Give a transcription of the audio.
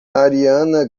ariana